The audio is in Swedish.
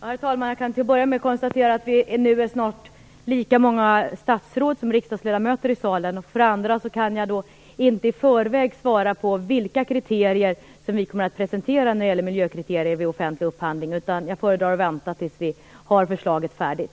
Herr talman! Jag kan för det första konstatera att vi nu snart är lika många statsråd som riksdagsledamöter i kammaren. För det andra kan jag i förväg inte svara på vilka kriterier vi kommer att presentera när det gäller miljökriterier vid offentlig upphandling. Jag föredrar att vänta tills förslaget är färdigt.